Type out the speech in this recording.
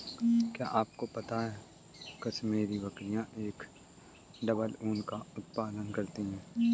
क्या आपको पता है कश्मीरी बकरियां एक डबल ऊन का उत्पादन करती हैं?